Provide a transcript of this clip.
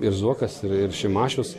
ir zuokas ir šimašius